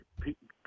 people